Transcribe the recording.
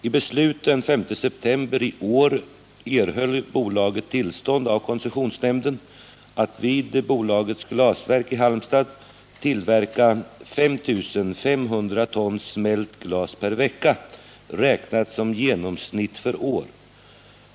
I beslut den 5 september i år erhöll bolaget tillstånd av koncessionsnämnden att vid bolagets glasverk i Halmstad tillverka 5 500 ton smält glas per vecka, räknat som genomsnitt för år.